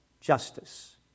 Justice